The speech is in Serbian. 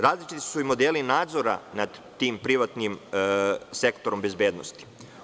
Različiti su i modeli nadzora nad tim privatnim sektorom bezbednosti.